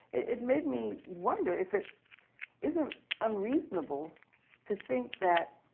it made me wonder if it isn't unreasonable to think that